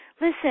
Listen